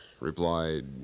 replied